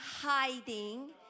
hiding